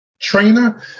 trainer